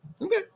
Okay